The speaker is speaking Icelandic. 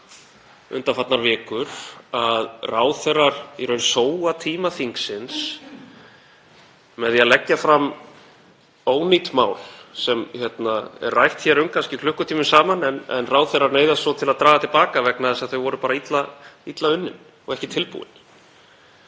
undanfarnar vikur að ráðherrar sóa í raun tíma þingsins með því að leggja fram ónýt mál sem eru kannski rædd hér klukkutímum saman en ráðherrar neyðast svo til að draga til baka vegna þess að þau voru illa unnin og ekki tilbúin.